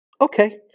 Okay